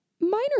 minor